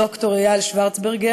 ד"ר אייל שורצברג,